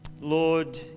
Lord